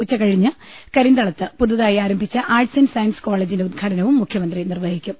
ഉച്ചകഴിഞ്ഞ് കരിന്തളത്ത് പുതുതായി ആരംഭിച്ച ആർട്സ് ഏന്റ് സയൻസ് കോളജിന്റെ ഉദ്ഘാട നവും മുഖ്യമന്ത്രി നിർവ്വഹിക്കും